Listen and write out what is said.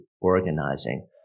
organizing